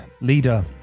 leader